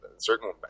certain